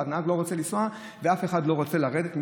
ואז הנהג לא רוצה לנסוע ואף אחד לא רוצה לרדת,